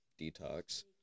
detox